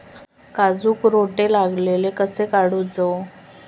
काजूक रोटो लागलेलो कसो काडूचो?